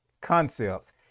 concepts